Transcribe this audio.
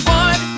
one